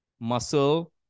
muscle